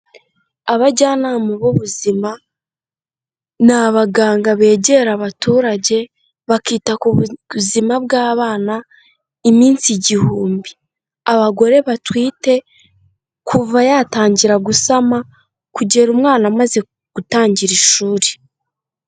Abajyanama b'ubuzima ni abaganga begera abaturage bakita ku bu buzima bw'abana, iminsi igihumbi, abagore batwite kuva yatangira gusama, kugera umwana amaze gutangira ishuri.